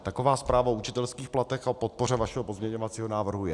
Taková zpráva o učitelských platech a podpoře našeho pozměňovacího návrhu je.